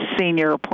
senior